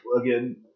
again